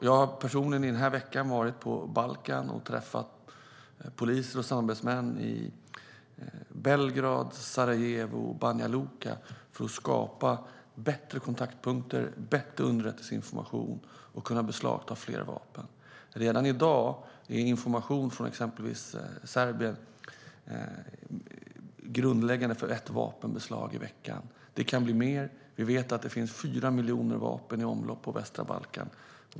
Jag har personligen den här veckan varit på Balkan och träffat poliser och sambandsmän i Belgrad, Sarajevo och Banja Luka för att skapa bättre kontaktpunkter och bättre underrättelseinformation för att kunna beslagta fler vapen. Redan i dag utgör information från exempelvis Serbien grunden för ett vapenbeslag i veckan. Det kan bli mer. Vi vet att det finns 4 miljoner vapen i omlopp på västra Balkan.